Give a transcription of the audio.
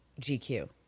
GQ